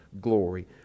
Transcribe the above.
glory